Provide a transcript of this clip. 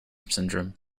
syndrome